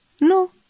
No